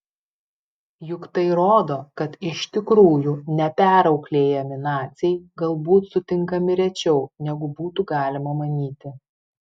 juk tai rodo kad iš tikrųjų neperauklėjami naciai galbūt sutinkami rečiau negu būtų galima manyti